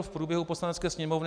V průběhu Poslanecké sněmovny.